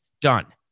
Done